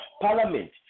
parliament